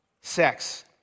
sex